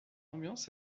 ambiance